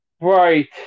Right